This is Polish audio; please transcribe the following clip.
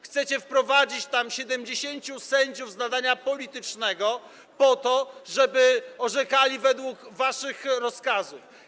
Chcecie wprowadzić tam 70 sędziów z nadania politycznego po to, żeby orzekali według waszych rozkazów.